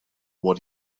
what